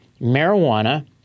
marijuana